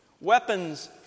Weapons